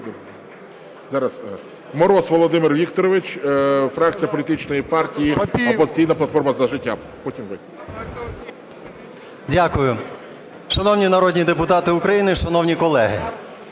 Дякую. Шановні народні депутати України, шановні колеги,